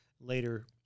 later